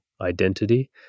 identity